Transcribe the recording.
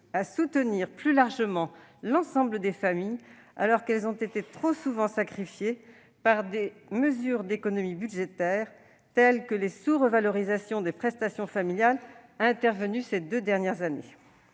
à soutenir plus largement l'ensemble des familles, alors que ces dernières ont été trop souvent sacrifiées par des mesures d'économies budgétaires, telles que les sous-revalorisations des prestations familiales intervenues ces deux dernières années.